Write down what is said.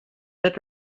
sept